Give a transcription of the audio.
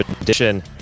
edition